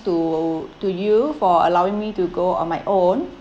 to to you for allowing me to go on my own